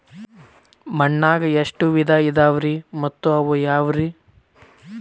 ಮಣ್ಣಾಗ ಎಷ್ಟ ವಿಧ ಇದಾವ್ರಿ ಮತ್ತ ಅವು ಯಾವ್ರೇ?